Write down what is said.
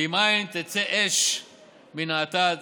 ואם אין תצא אש מן האטד